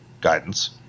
guidance